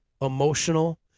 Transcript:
emotional